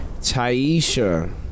Taisha